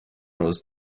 was